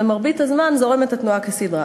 ובמרבית הזמן זורמת התנועה כסדרה.